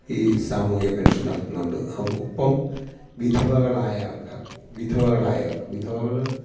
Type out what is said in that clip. ഈ സാമൂഹിക പെന്ഷന് നടത്തുന്നുണ്ട് ഒപ്പം വിധവകളായ ആള്ക്കാര്ക്ക് വിധവകളായവര്ക്ക് വിധവകൾ